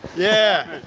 yeah.